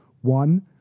One